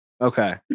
Okay